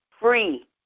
free